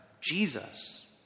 Jesus